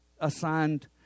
assigned